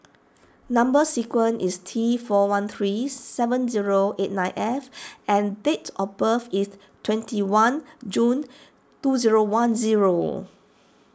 Number Sequence is T four one three seven zero eight nine F and date of birth is twenty one June two zero one zero